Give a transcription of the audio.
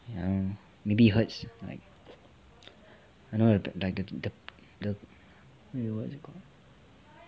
I don't know maybe hurts like I don't know like the the wait what is it called